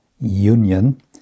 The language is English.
Union